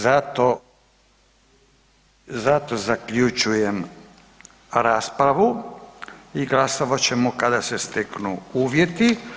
Zato zaključujem raspravu i glasovat ćemo kada se steknu uvjeti.